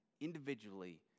individually